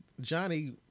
johnny